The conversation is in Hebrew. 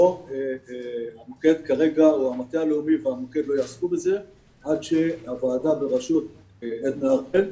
המוקד או המטה הלאומי כרגע לא יעסקו בהם עד שהוועדה בראשות עדנה ארבל,